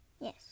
Yes